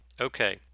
Okay